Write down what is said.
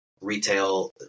retail